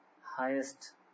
highest